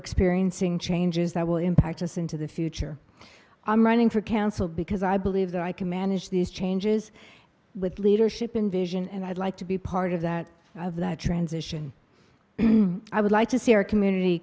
experiencing changes that will impact us into the future i'm running for council because i believe that i can manage these changes with leadership and vision and i'd like to be part of that of that transition i would like to see our community